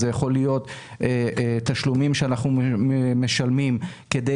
זה יכול להיות תשלומים שאנחנו משלמים כדי